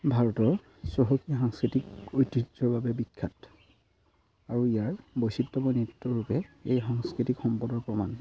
ভাৰতৰ চহকী সাংস্কৃতিক ঐতিহ্যৰ বাবে বিখ্যাত আৰু ইয়াৰ বৈচিত্ৰময় নৃত্যৰূপে এই সাংস্কৃতিক সম্পদৰ প্ৰমাণ